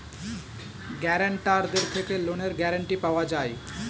গ্যারান্টারদের থেকে লোনের গ্যারান্টি পাওয়া যায়